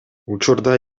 учурда